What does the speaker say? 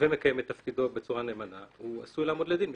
ומקיים את תפקידו בצורה נאמנה הוא עשוי לעמוד לדין משמעתי.